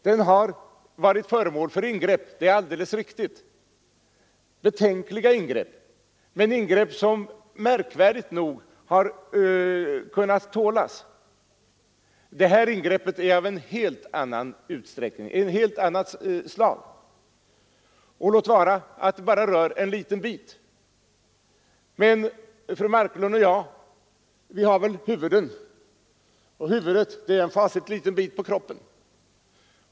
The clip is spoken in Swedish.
Den har varit föremål för ingrepp förut, det är alldeles riktigt — betänkliga ingrepp, men ingrepp som märkvärdigt nog har kunnat tålas. Det ingrepp som det nu är fråga om är av ett helt annat slag, låt vara att det bara rör en liten bit. Fru Marklund och jag har huvuden, och huvudet är en fasligt liten bit på kroppen.